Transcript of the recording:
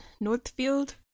Northfield